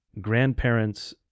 grandparents